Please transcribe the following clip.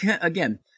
again